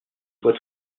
vois